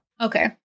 Okay